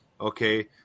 Okay